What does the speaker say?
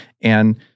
And-